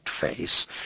face